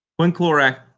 Quinclorac